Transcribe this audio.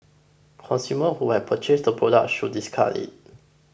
consumers who have purchased the product should discard it